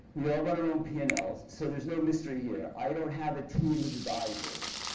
we've all got our own p and ls, so there's no mystery here. and i don't have a team of advisors.